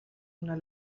una